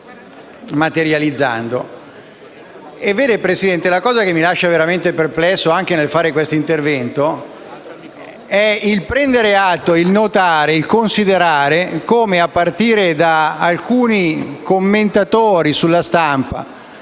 signor Presidente, la cosa che mi lascia veramente perplesso, anche nello svolgere questo intervento, è il prendere atto, il notare, il considerare come, a partire da alcuni commentatori sulla stampa